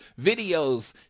videos